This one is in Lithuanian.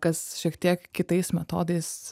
kas šiek tiek kitais metodais